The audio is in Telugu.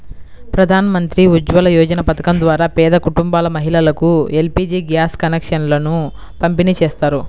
ప్రధాన్ మంత్రి ఉజ్వల యోజన పథకం ద్వారా పేద కుటుంబాల మహిళలకు ఎల్.పీ.జీ గ్యాస్ కనెక్షన్లను పంపిణీ చేస్తారు